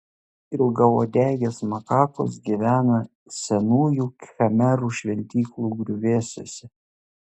ilgauodegės makakos gyvena senųjų khmerų šventyklų griuvėsiuose